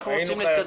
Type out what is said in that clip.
אנחנו רוצים להתקדם.